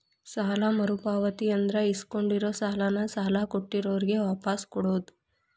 ಸಾಲ ಮರುಪಾವತಿ ಅಂದ್ರ ಇಸ್ಕೊಂಡಿರೋ ಸಾಲಾನ ಸಾಲ ಕೊಟ್ಟಿರೋರ್ಗೆ ವಾಪಾಸ್ ಕೊಡೋದ್